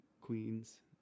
Queens